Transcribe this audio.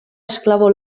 esklabo